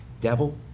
devil